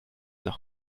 nach